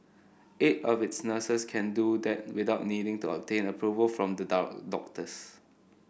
eight of its nurses can do that without needing to obtain approval from the doubt doctors